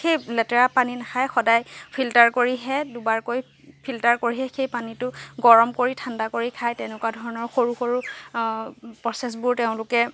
সেই লেতেৰা পানী নাখায় সদায় ফিল্টাৰ কৰিহে দুবাৰকৈ ফিল্টাৰ কৰিহে সেই পানীতো গৰম কৰি ঠাণ্ডা কৰি খায় তেনেকুৱা ধৰণৰ সৰু সৰু প্ৰ'চেচবোৰ তেওঁলোকে